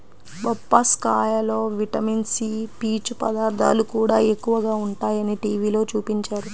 బొప్పాస్కాయలో vitamin C, పీచు పదార్థాలు కూడా ఎక్కువగా ఉంటయ్యని టీవీలో చూపించారు